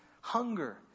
hunger